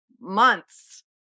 months